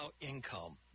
income